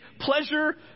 pleasure